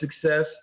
success